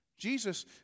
Jesus